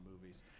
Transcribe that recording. movies